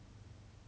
mm